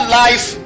life